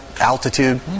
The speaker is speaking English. altitude